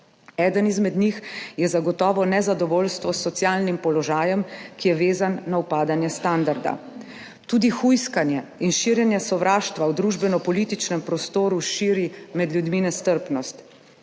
Eden izmed njih je zagotovo nezadovoljstvo s socialnim položajem, ki je vezan na upadanje standarda. Tudi hujskanje in širjenje sovraštva v družbeno-političnem prostoru širi med ljudmi nestrpnost